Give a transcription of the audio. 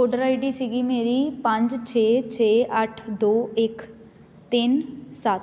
order I D ਸੀਗੀ ਮੇਰੀ ਪੰਜ ਛੇ ਛੇ ਅੱਠ ਦੋ ਇੱਕ ਤਿੰਨ ਸੱਤ